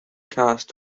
cast